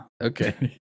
Okay